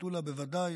מטולה בוודאי,